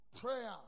Prayer